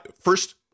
first